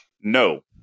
No